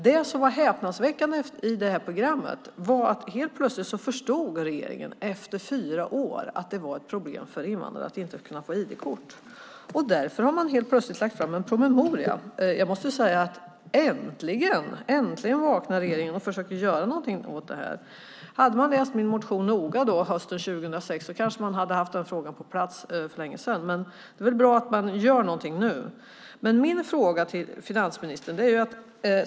Det som var häpnadsväckande i det här programmet var att helt plötsligt efter fyra år förstod regeringen att det är ett problem för invandrare att inte kunna få ID-kort. Därför har man helt plötsligt lagt fram en promemoria. Äntligen vaknar regeringen och försöker göra något åt detta! Om man hade läst min motion noga hösten 2006 kanske man hade haft frågan på plats för länge sedan. Det är väl bra att man gör något nu.